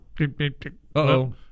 Uh-oh